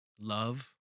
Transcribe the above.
Love